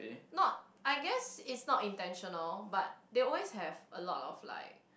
not I guess it's not intentional but they always have a lot of like